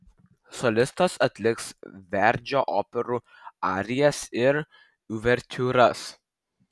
solistas atliks verdžio operų arijas ir uvertiūras